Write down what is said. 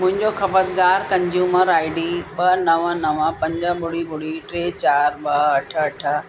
मुंहिंजो खपतकार consumer I D ॿ नवं नवं पंज ॿुड़ी ॿुड़ी टे चार ॿ अठ अठ